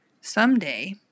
Someday